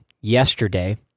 yesterday